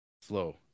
slow